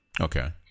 okay